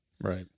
Right